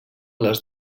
les